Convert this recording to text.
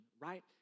right